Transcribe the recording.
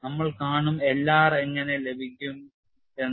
നമ്മൾ കാണും L r എങ്ങനെ ലഭിക്കും എന്ന്